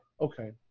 Okay